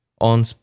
on